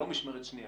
לא משמרת שנייה,